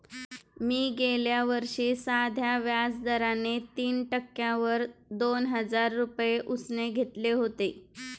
मी गेल्या वर्षी साध्या व्याज दराने तीन टक्क्यांवर दोन हजार रुपये उसने घेतले होते